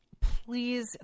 please